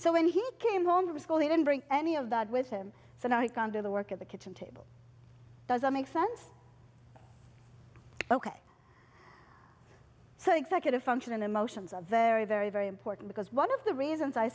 so when he came home from school he didn't bring any of that with him so now he can do the work at the kitchen table doesn't make sense ok so executive function emotions of very very very important because one of the reasons i